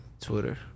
Twitter